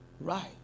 Right